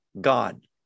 God